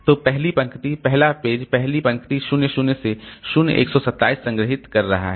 तो पहली पंक्ति पहला पेज पहली पंक्ति 0 0 से 0 127 संग्रहीत कर रहा है